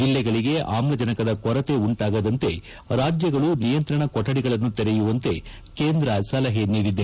ಜಿಲ್ಲೆಗಳಿಗೆ ಆಮ್ಲಜನಕದ ಕೊರತೆ ಉಂಟಾಗದಂತೆ ರಾಜ್ಯಗಳು ನಿಯಂತ್ರಣ ಕೊರಡಿಗಳನ್ನು ತೆರೆಯುವಂತೆ ಕೇಂದ್ರ ಸಲಹೆ ನೀಡಿದೆ